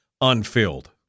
unfilled